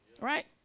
right